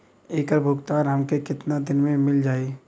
ऐकर भुगतान हमके कितना दिन में मील जाई?